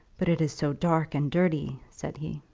but it is so dark and dirty, said he.